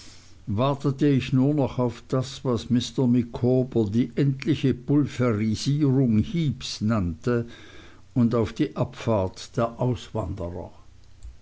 wartete ich nur noch auf das was mr micawber die endliche pulverisierung heeps nannte und auf die abfahrt der auswanderer